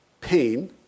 Pain